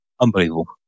unbelievable